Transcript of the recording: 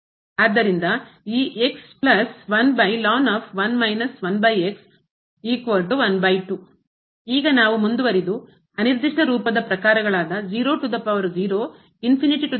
ಆದ್ದರಿಂದ ಈ ಈಗ ನಾವು ಮುಂದುವರೆದು ಅನಿರ್ದಿಷ್ಟ ರೂಪದ ಪ್ರಕಾರಗಳಾದ ಮತ್ತು ಗೆ ಹೋಗುತ್ತೇವೆ